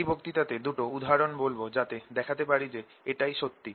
এই বক্তৃতাতে দুটো উদাহরণ বলবো যাতে দেখাতে পারি যে এটা সত্যি